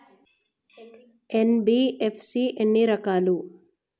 NBFC ఎన్ని రకాలు?